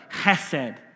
chesed